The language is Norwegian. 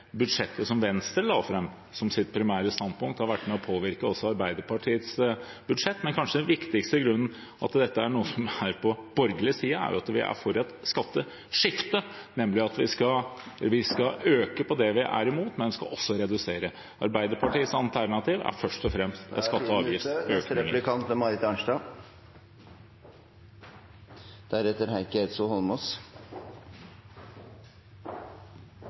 budsjettet som Venstre la fram som sitt primære standpunkt, har vært med på å påvirke også Arbeiderpartiets budsjett. Men den kanskje viktigste grunnen til at dette er noe som er på borgerlig side, er at vi er for et skatteskifte, nemlig at vi skal øke på det vi er imot, men vi skal også redusere. Arbeiderpartiets alternativ er først og fremst skatte- og